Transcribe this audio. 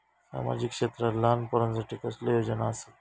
सामाजिक क्षेत्रांत लहान पोरानसाठी कसले योजना आसत?